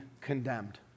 condemned